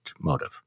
motive